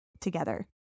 together